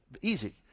Easy